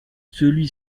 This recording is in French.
celui